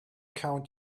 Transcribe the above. count